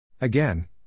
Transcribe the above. Again